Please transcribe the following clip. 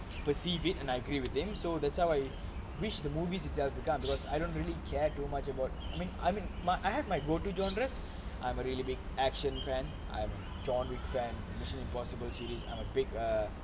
perceive it and I agree with him so that's how I wish the movie's itself the ya because I don't really care too much about I mean my I have my go to genres I'm a really big action fan I'm john wick fan mission impossible series I'm a big err